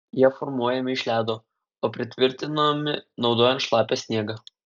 jie formuojami iš ledo o pritvirtinami naudojant šlapią sniegą